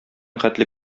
хәтле